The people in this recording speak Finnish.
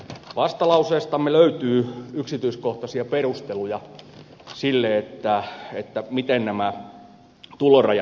vastalauseestamme löytyy yksityiskohtaisia perusteluja sille miten nämä tulorajat vaikuttavat